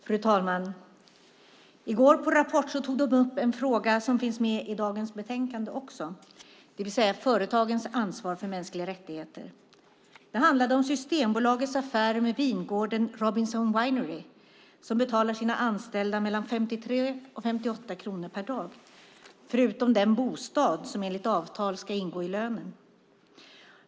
Fru talman! I går på Rapport tog man upp en fråga som också finns med i dagens betänkande, nämligen företagens ansvar för mänskliga rättigheter. Det handlade om Systembolagets affärer med vingården Robinson Winery, som betalar sina anställda mellan 53 och 58 kronor per dag förutom den bostad som enligt avtal ska ingå i lönen.